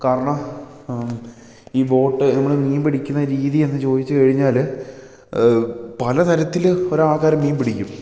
കാരണം ഈ ബോട്ട് നമ്മൾ മീൻ പിടിക്കുന്ന രീതി എന്ന് ചോദിച്ച് കഴിഞ്ഞാൽ പല തരത്തിൽ ഓരോ ആൾക്കാർ മീൻ പിടിക്കും